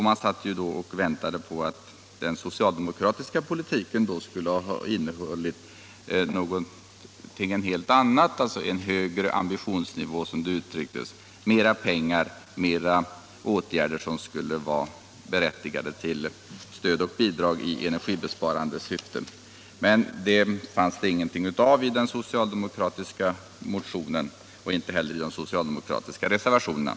Man satt då och väntade på att få höra vad den socialdemokratiska politiken innehöll, som skulle vara uttryck för en högre ambitionsnivå, som det uttrycktes: mera pengar, mera åtgärder som skulle vara berättigade till stöd och bidrag i energibesparande syfte. Men det fanns det ingenting av i den socialdemokratiska motionen, och inte heller i de socialdemokratiska reservationerna.